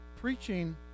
Preaching